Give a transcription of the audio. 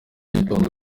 gitondo